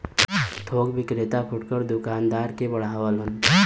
थोक विक्रेता फुटकर दूकानदार के बढ़ावलन